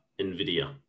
Nvidia